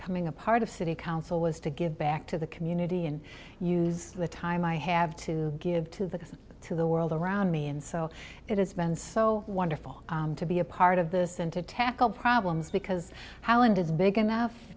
coming a part of city council was to give back to the community and use the time i have to give to the to the world around me and so it has been so wonderful to be a part of this and to tackle problems because howland is big enough